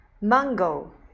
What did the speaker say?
mango